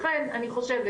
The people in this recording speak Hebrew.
לכן אני חושבת,